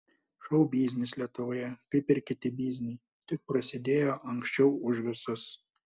šou biznis lietuvoje kaip ir kiti bizniai tik prasidėjo anksčiau už visus